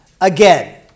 again